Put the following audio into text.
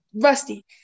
Rusty